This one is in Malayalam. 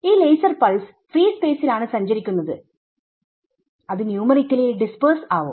ഈ ലേസർ പൾസ് ഫ്രീ സ്പേസിൽ ആണ് സഞ്ചരിക്കുന്നത് അത് ന്യൂമറിക്കലി ഡിസ്പെർസ് ആവും